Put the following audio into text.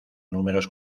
números